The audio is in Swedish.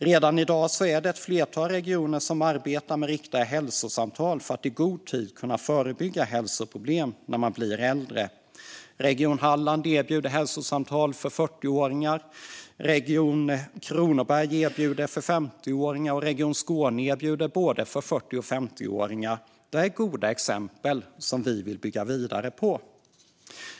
Redan i dag är det ett flertal regioner som arbetar med riktade hälsosamtal för att i god tid kunna förebygga hälsoproblem när människor blir äldre. Region Halland erbjuder hälsosamtal för 40-åringar. Region Kronoberg erbjuder det för 50-åringar. Och Region Skåne erbjuder det för både 40 och 50-åringar. Detta är goda exempel som vi vill bygga vidare på.